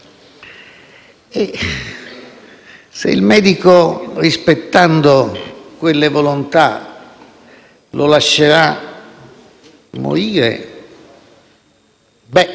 Se il medico, rispettando quelle volontà, lo lascerà morire, ci